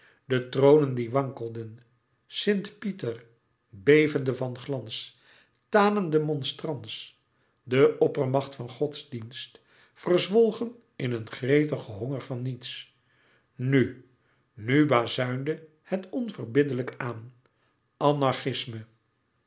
de tronen die wankelden sint pieter bevende van glans tanende monstrans de oppermacht van godsdienst verzwolgen in een gretigen honger van niets nu nu bazuinde het onverbiddelijk aan anarchisme